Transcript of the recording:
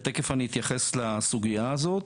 ותיכף אני אתייחס לסוגיה הזאת,